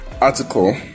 article